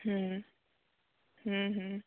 ᱦᱮᱸ ᱦᱮᱸ ᱦᱮᱸ